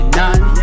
none